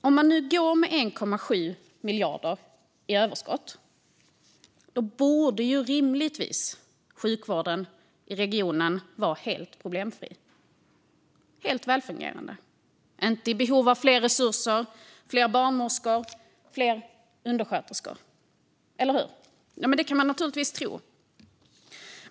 Om en region nu går med 1,7 miljarder i överskott borde rimligtvis sjukvården i regionen vara helt problemfri, välfungerande och inte i behov fler resurser, fler barnmorskor eller fler undersköterskor. Eller hur? Det kan man naturligtvis tro.